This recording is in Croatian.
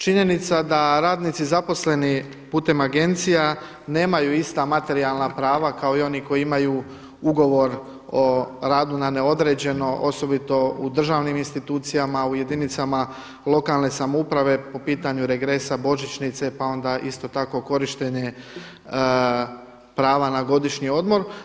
Činjenica da radnici zaposleni putem agencija nemaju ista materijalna prava kao i oni koji imaju ugovor o radu na neodređeno osobito u državnim institucijama u jedinicama lokalne samouprave po pitanju regresa, božićnice pa onda isto korištenje prava na godišnji odmor.